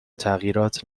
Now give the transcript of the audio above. تغییرات